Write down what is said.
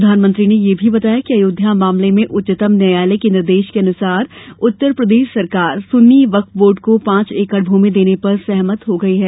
प्रधानमंत्री ने यह भी बताया कि अयोध्या मामले में उच्चतम न्यायालय के निर्देश के अनुसार उत्तरप्रदेश सरकार सुन्नी वक्फ बोर्ड को पांच एकड़ भूमि देने पर सहमत हो गई है